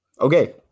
Okay